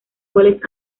goles